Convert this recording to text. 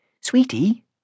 Sweetie